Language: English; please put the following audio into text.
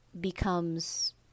becomes